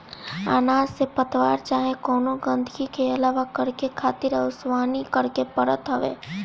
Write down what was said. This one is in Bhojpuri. अनाज से पतवार चाहे कवनो गंदगी के अलग करके खातिर ओसवनी करे के पड़त हवे